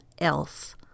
else